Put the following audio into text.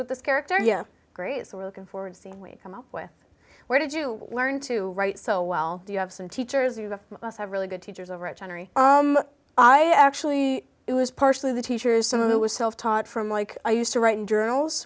with this character yeah great so we're looking forward to seeing wade come up with where did you learn to write so well you have some teachers who have really good teachers over i actually it was partially the teachers some of it was self taught from like i used to write in journals